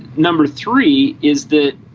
number three is that